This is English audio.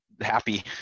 happy